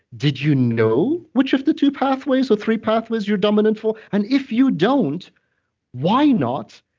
did you know which of the two pathways or three pathways you're dominant for? and if you don't why not?